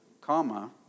comma